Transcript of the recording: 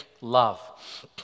love